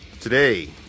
Today